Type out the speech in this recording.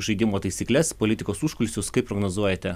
žaidimo taisykles politikos užkulisius kaip prognozuojate